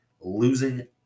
losing